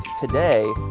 today